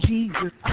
Jesus